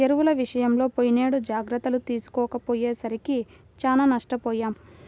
ఎరువుల విషయంలో పోయినేడు జాగర్తలు తీసుకోకపోయేసరికి చానా నష్టపొయ్యాం